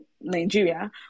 Nigeria